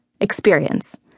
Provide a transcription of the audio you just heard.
experience